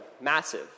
massive